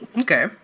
Okay